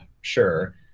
sure